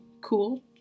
cool